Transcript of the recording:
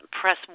press